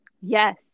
yes